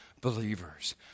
Believers